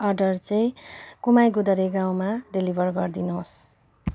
order चाहिँ कुमाई गोधरे गाँउमा डेलिभर गरिदिनुहोस्